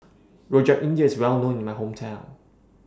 Rojak India IS Well known in My Hometown